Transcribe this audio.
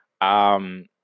Um-